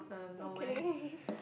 okay